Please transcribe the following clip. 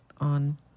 on